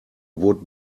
would